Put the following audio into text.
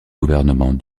gouvernement